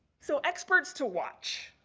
so, experts to watch.